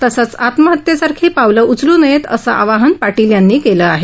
तसंच आत्महत्येसारखी पावलं उचलू नयेत असे आवाहन पाटील यांनी केलं आहे